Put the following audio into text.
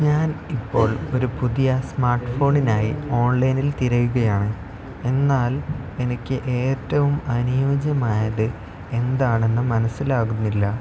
ഞാൻ ഇപ്പോൾ ഒരു പുതിയ സ്മാർട്ട് ഫോണിനായി ഓൺലൈനിൽ തിരയുകയാണ് എന്നാൽ എനിക്ക് ഏറ്റവും അനുയോജ്യമായത് എന്താണെന്ന് മനസ്സിലാകുന്നില്ല